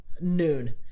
noon